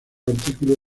artículos